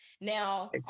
Now